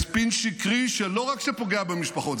הם ספין שקרי שלא רק שפוגע במשפחות,